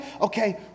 Okay